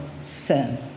sin